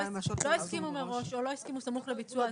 לא הסכימו מראש או לא הסכימו סמוך לביצוע הזה.